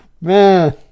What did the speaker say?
man